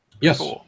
Yes